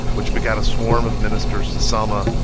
which begat a swarm of ministers to selma,